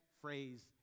phrase